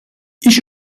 i̇ş